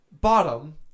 bottom